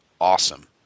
awesome